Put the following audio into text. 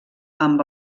amb